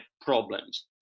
problems